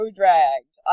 dragged